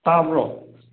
ꯇꯥꯕ꯭ꯔꯣ